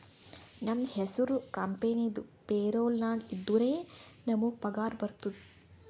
ನಮ್ದು ಹೆಸುರ್ ಕಂಪೆನಿದು ಪೇರೋಲ್ ನಾಗ್ ಇದ್ದುರೆ ನಮುಗ್ ಪಗಾರ ಬರ್ತುದ್